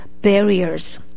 barriers